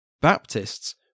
Baptists